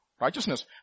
Righteousness